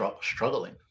struggling